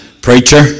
preacher